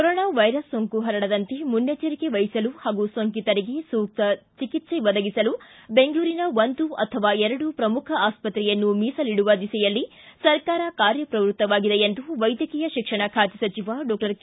corona virus ಸೋಂಕು ಹರಡದಂತೆ ಮುನ್ನೆಚ್ಚರಿಕೆ ವಹಿಸಲು ಹಾಗೂ ಸೋಂಕಿತರಿಗೆ ಸೂಕ್ತ ಚಿಕಿತ್ಸೆ ಒದಗಿಸಲು ಬೆಂಗಳೂರಿನ ಒಂದು ಅಥವಾ ಎರಡು ಪ್ರಮುಖ ಆಸ್ತತ್ರೆಯನ್ನು ಮೀಸಲಿಡುವ ದಿಸೆಯಲ್ಲಿ ಸರ್ಕಾರ ಕಾರ್ಯಪ್ರವೃತ್ತವಾಗಿದೆ ಎಂದು ವೈದ್ಯಕೀಯ ಶಿಕ್ಷಣ ಖಾತೆ ಸಚಿವ ಡಾಕ್ಟರ್ ಕೆ